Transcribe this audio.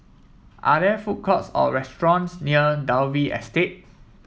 are there food courts or restaurants near Dalvey Estate